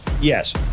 Yes